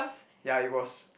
ya it was